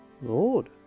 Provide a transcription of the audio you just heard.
Lord